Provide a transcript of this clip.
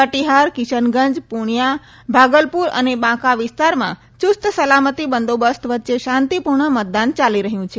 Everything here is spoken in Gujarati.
કટીહાર કિશનગંજ પૂર્ણિયા ભાગલપુર અને બાંકા વિસ્તારમાં ચૂસ્ત સલામતી બંદોબસ્ત વચ્ચે શાંતિપૂર્ણ મતદાન ચાલી રહ્યું છે